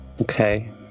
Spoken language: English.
Okay